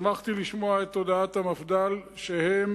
שמחתי לשמוע את הודעת המפד"ל שהם